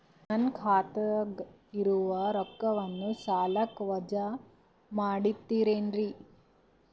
ನನ್ನ ಖಾತಗ ಇರುವ ರೊಕ್ಕವನ್ನು ಸಾಲಕ್ಕ ವಜಾ ಮಾಡ್ತಿರೆನ್ರಿ?